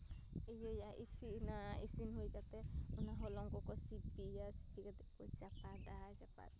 ᱤᱭᱟᱹᱭᱟ ᱤᱥᱤᱱᱟ ᱤᱥᱤᱱ ᱦᱩᱭ ᱠᱟᱛᱮ ᱚᱱᱟ ᱦᱚᱞᱚᱝ ᱠᱚᱠᱚ ᱥᱤᱯᱤᱭᱟ ᱥᱤᱯᱤ ᱠᱟᱛᱮ ᱠᱚ ᱪᱟᱯᱟᱫᱟ ᱪᱟᱯᱟᱫ